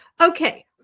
Okay